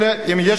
אלא אם יש